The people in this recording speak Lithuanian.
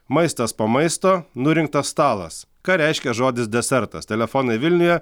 maistas po maisto nurinktas stalas ką reiškia žodis desertas telefonai vilniuje